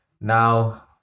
now